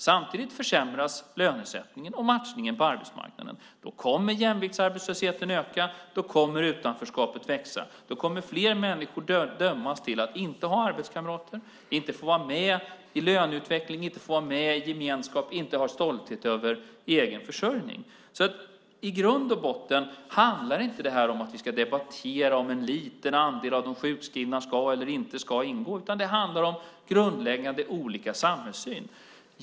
Samtidigt försämras lönesättningen och matchningen på arbetsmarknaden. Då kommer jämviktsarbetslösheten att öka. Då kommer utanförskapet att växa. Fler människor kommer att dömas till att inte ha arbetskamrater och till att inte få vara med i löneutveckling och gemenskap, till att inte ha stolthet över egen försörjning. I grund och botten handlar det inte om att vi ska debattera om en liten andel av de sjukskrivna ska eller inte ska ingå. Det handlar om grundläggande olika samhällssyn.